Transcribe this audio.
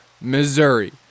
Missouri